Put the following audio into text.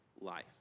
life